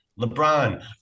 lebron